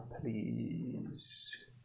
please